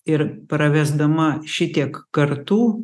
ir pravesdama šitiek kartų